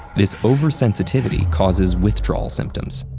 this oversensitivity causes withdrawal symptoms,